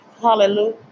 Hallelujah